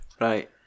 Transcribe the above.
right